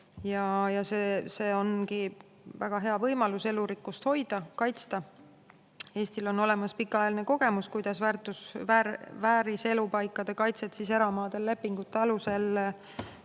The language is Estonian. ja see ongi väga hea võimalus elurikkust hoida, kaitsta. Eestil on olemas pikaajaline kogemus, kuidas vääriselupaikade kaitset eramaadel lepingute alusel